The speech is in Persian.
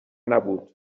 نبود